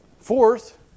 Fourth